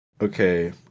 okay